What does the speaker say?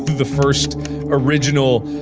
the first original,